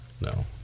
no